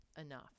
enough